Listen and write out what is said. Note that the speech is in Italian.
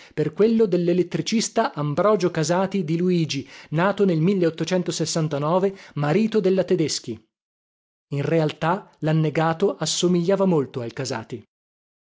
per quello dellelettricista ambrogio casati di luigi nato nel marito della tedeschi in realtà lannegato assomigliava molto al casati